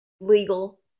legal